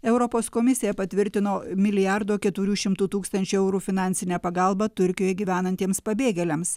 europos komisija patvirtino milijardo keturių šimtų tūkstančių eurų finansinę pagalbą turkijoj gyvenantiems pabėgėliams